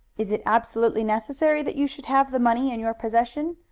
is it absolutely necessary that you should have the money in your possession?